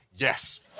Yes